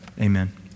Amen